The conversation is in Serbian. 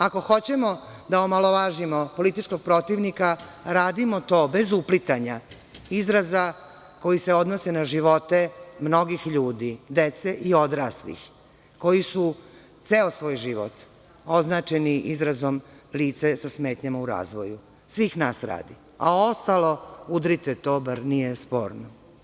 Ako hoćemo da omalovažimo političkog protivnika, radimo to bez uplitanja izraza koji se odnose na živote mnogih ljudi, dece i odraslih, koji su ceo svoj život označeni izrazom „lice sa smetnjama u razvoju“, svih nas radi, a ostalo udrite, to bar nije sporno.